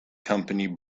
company